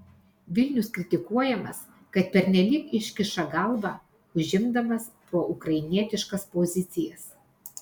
vilnius kritikuojamas kad pernelyg iškiša galvą užimdamas proukrainietiškas pozicijas